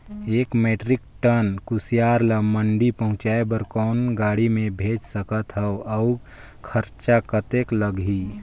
एक metric ton कुसियार ल मंडी पहुंचाय बर कौन गाड़ी मे भेज सकत हव अउ खरचा कतेक लगही?